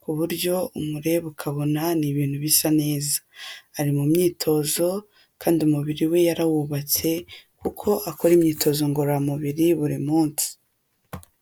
ku uburyo umureba ukabona ni ibintu bisa neza. Ari mu myitozo kandi umubiri we yarawubatse kuko akora imyitozo ngororamubiri buri munsi.